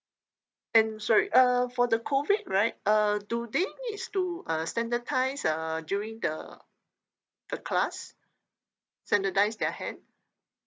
and sorry uh for the COVID right uh do they needs to uh sanitise uh during the the class sanitise their hand